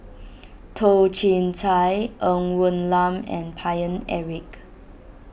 Toh Chin Chye Ng Woon Lam and Paine Eric